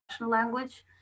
language